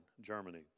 Germany